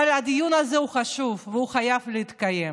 אבל הדיון הזה הוא חשוב, והוא חייב להתקיים.